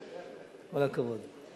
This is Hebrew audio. כל הכבוד.